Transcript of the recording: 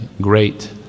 great